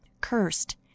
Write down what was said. cursed